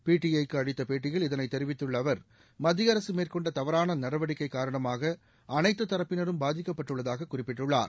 பிடிஐக்கு அளித்த பேட்டியில் இதனைத் தெரிவித்துள்ள அவர் மத்திய அரசு மேற்கொண்ட தவறான நடவடிக்கை காரணமாக அனைத்து தரப்பினரும் பாதிக்கப்பட்டுள்ளதாக குறிப்பிட்டுள்ளார்